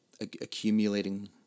accumulating